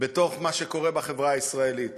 בתוך מה שקורה בחברה הישראלית.